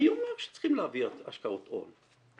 מי אומר שצריכים להביא השקעות הון?